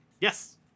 Yes